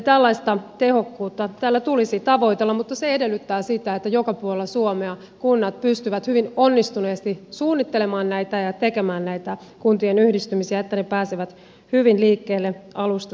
tällaista tehokkuutta tällä tulisi tavoitella mutta se edellyttää sitä että joka puolella suomea kunnat pystyvät hyvin onnistuneesti suunnittelemaan ja tekemään näitä kuntien yhdistymisiä että ne pääsevät hyvin liikkeelle alusta saakka